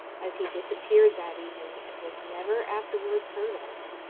as he disappeared that evening, and was never afterwards heard of.